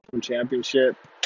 championship